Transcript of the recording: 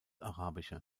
arabische